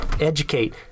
educate